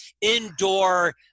indoor